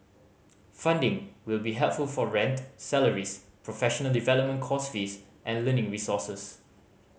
funding will be helpful for rent salaries professional development course fees and learning resources